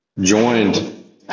joined